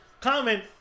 comment